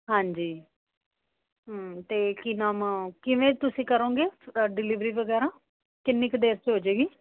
ਹਾਂਜੀ ਹਮ ਅਤੇ ਕੀ ਨਾਮ ਕਿਵੇਂ ਤੁਸੀਂ ਕਰੋਂਗੇ ਡਿਲਵਰੀ ਵਗੈਰਾ ਕਿੰਨੀ ਕੁ ਦੇਰ 'ਚ ਹੋਜੇਗੀ